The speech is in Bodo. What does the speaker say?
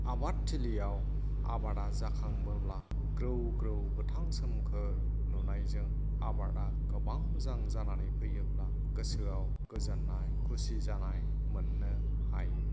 आबाद थिलिआव आबादआ जाखांबोब्ला ग्रौ ग्रौ गोथां सोमखोर नुनायजों आबादा गोबां मोजां जानानै फैयोब्ला गोसोआव गोजोननाय खुसि जानाय मोन्नो हायो